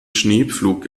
schneepflug